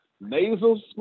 nasal